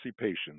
patients